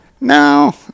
No